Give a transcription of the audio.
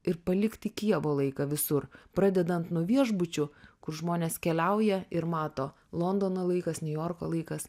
ir palikti kijevo laiką visur pradedant nuo viešbučių kur žmonės keliauja ir mato londono laikas niujorko laikas